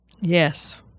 Yes